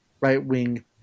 right-wing